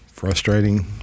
Frustrating